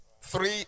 Three